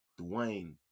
Dwayne